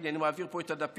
הינה, אני מעביר פה את הדפים.